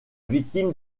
victime